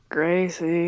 Gracie